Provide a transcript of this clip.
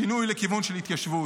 שינוי לכיוון של התיישבות.